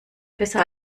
besser